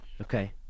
Okay